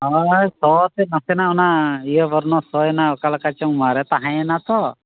ᱦᱳᱭ ᱥᱚ ᱛᱮ ᱱᱟᱥᱮ ᱱᱟᱜ ᱚᱱᱟ ᱤᱭᱟᱹ ᱵᱚᱨᱱᱚ ᱥᱚᱭᱮᱱᱟ ᱚᱠᱟ ᱞᱮᱠᱟ ᱪᱚᱝ ᱢᱟᱨᱮ ᱛᱟᱦᱮᱸᱭᱮᱱᱟ ᱛᱚ